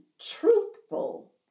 truthful